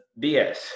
BS